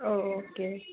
O ഓ okay